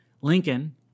Lincoln